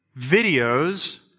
videos